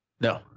No